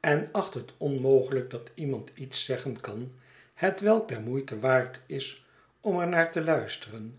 en acht het onmogelijk dat iemand iets zeggen kan hetwelk der moeite waard is om er naar te luisteren